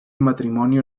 matrimonio